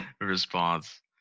response